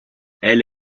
elle